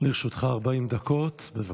לרשותך 40 דקות, בבקשה.